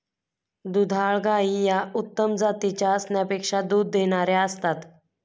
दुधाळ गायी या उत्तम जातीच्या असण्यापेक्षा दूध देणाऱ्या असतात